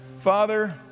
father